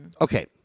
okay